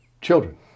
children